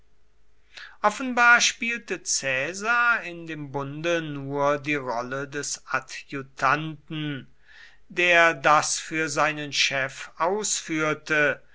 offenbar spielte caesar in dem bunde nur die rolle des adjutanten der das für seinen chef ausführte